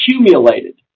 accumulated